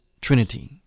Trinity